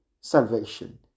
salvation